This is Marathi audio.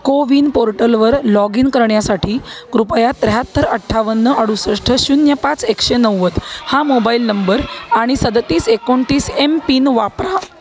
कोविन पोर्टलवर लॉग इन करण्यासाठी कृपया त्र्याहत्तर अठ्ठावन्न अडुसष्ट शून्य पाच एकशे नव्वद हा मोबाईल नंबर आणि सदतीस एकोणतीस एमपिन वापरा